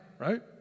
right